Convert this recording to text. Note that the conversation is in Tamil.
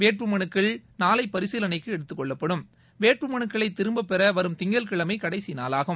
வேட்பு மனுக்கள் நாளை பரிசீலனைக்கு எடுத்துக் கொள்ளப்படும் வேட்புமனுக்களை திரும்பப்ப பெற வரும் திஙகட்கிழமை கடைசி நாளாகும்